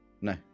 No